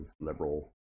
liberal